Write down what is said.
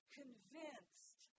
convinced